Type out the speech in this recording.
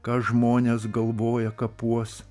ką žmonės galvoja kapuos